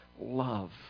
love